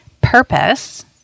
purpose